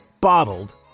bottled